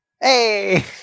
Hey